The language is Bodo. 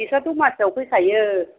बेस्रा दमासिआव फैखायो